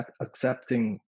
accepting